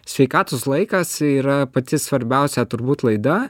sveikatos laikas yra pati svarbiausia turbūt laida